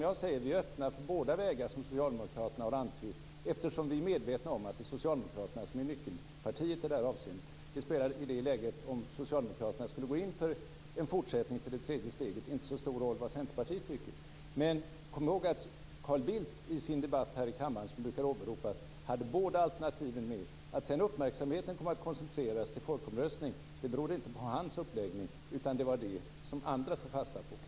Vi är öppna för båda vägarna som Socialdemokraterna har antytt, eftersom vi är medvetna om att det är Socialdemokraterna som är nyckelpartiet i det här avseendet. Om Socialdemokraterna skulle gå in för en fortsättning till det tredje steget spelar det inte så stor roll vad Centerpartiet tycker. Men kom ihåg att Carl Bildt, i den debatt här i kammaren som brukar åberopas, hade båda alternativen med. Att uppmärksamheten sedan kom att koncentreras till folkomröstning berodde inte på hans uppläggning utan på att det var det som andra tog fasta på.